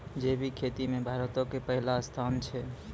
जैविक खेती मे भारतो के पहिला स्थान छै